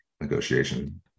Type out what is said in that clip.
negotiation